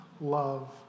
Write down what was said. love